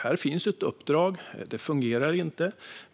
Här finns ett uppdrag. Det fungerar inte.